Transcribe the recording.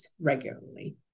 regularly